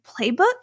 playbook